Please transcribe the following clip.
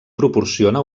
proporciona